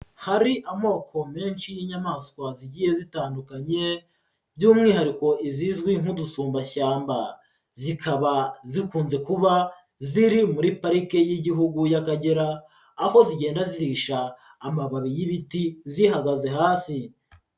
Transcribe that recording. Hari amoko menshi y'inyamaswa zigiye zitandukanye, by'umwihariko izizwi nk'udusumbashyamba. Zikaba zikunze kuba ziri muri parike y'Igihugu y'Akagera, aho zigenda zirisha amababi y'ibiti zihagaze hasi.